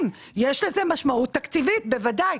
כן, יש לזה משמעות תקציבית, בוודאי.